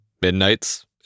Midnight's